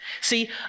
See